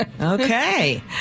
Okay